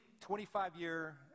25-year